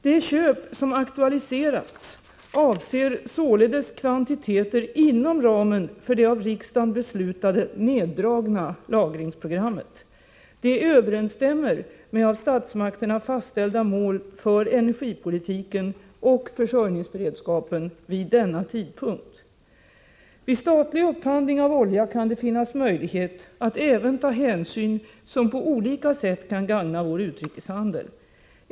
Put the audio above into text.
De köp som aktualiserats avser således kvantiteter inom ramen för det av riksdagen beslutade neddragna lagringsprogrammet. De överensstämmer med av statsmakterna fastställda mål för energipolitiken och försörjningsberedskapen vid denna tidpunkt. Vid statlig upphandling av olja kan det finnas möjlighet att även ta hänsyn som på olika sätt kan gagna vår utrikeshandel.